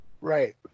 Right